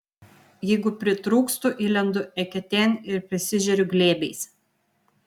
jeigu pritrūkstu įlendu eketėn ir prisižeriu glėbiais